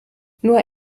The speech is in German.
nur